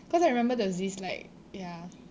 because I remember there was this like ya